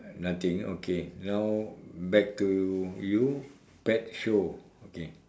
nothing okay now back to you pet show okay